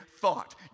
thought